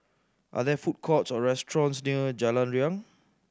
are there food courts or restaurants near Jalan Riang